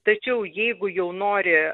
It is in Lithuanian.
tačiau jeigu jau nori